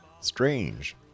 strange